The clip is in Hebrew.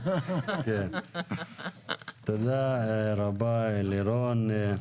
תודה רבה, לירון.